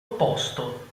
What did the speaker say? opposto